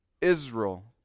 Israel